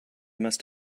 must